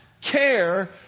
care